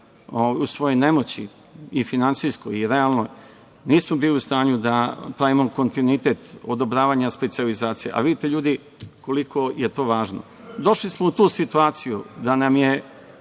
u svojoj nemoći, i finansijskoj i realnoj, nismo bili u stanju da pravimo kontinuitet odobravanja specijalizacija, ali vidite, ljudi, koliko je to važno. Došli smo u tu situaciju da nam je